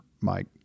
Mike